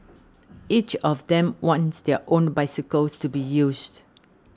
each of them wants their own bicycles to be used